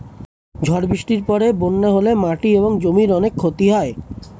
ঝড় বৃষ্টির পরে বন্যা হলে মাটি এবং জমির অনেক ক্ষতি হয়